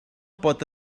pot